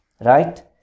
right